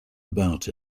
about